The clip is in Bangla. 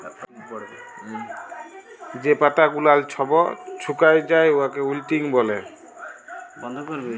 যে পাতা গুলাল ছব ছুকাঁয় যায় উয়াকে উইল্টিং ব্যলে